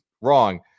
wrong